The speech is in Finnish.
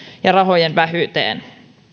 ja rahojen vähyyteen